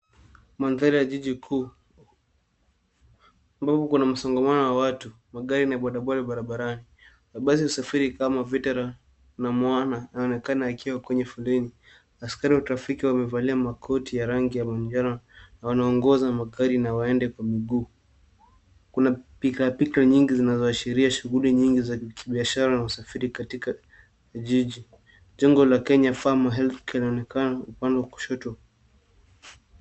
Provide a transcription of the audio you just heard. Mandhari ya jiji kuu ambao uko na msongamano wa watu, magari na bodaboda barabarani. Basi ya usafiri kama Veteran na Moana yanaonekana yakiwa kwenye foleni. Askari wa trafiki wamevalia makoti na wanaongoza magari na waenda kwa miguu. Kuna pilka pilka nyingi zinazoashiria shughli nyingi za kibiashara na usafiri katika jiji. Jengo la Kenya Farmer Health linaonekana upande wa kushoto.